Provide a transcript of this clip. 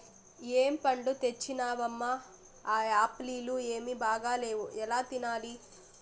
ఏం పండ్లు తెచ్చినవమ్మ, ఆ ఆప్పీల్లు ఏమీ బాగాలేవు ఎలా తినాలి